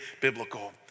biblical